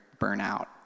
burnout